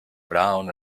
brown